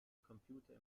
computer